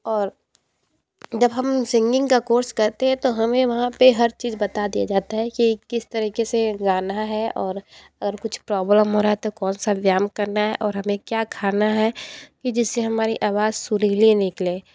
और जब हम सिंगिंग का कोर्स करते हैं तो हमें वहाँ पे हर चीज बता दिया जाता है कि किस तरीके से गाना है और अगर कुछ प्रॉब्लम हो रहा है तो कौन सा व्यायाम करना है और हमें क्या खाना है की जिससे हमारी आवाज सुरीली निकले